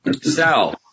Sal